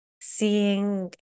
seeing